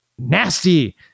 nasty